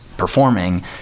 performing